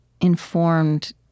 informed